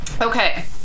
okay